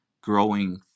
growing